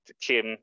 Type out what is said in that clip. Kim